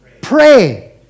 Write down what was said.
pray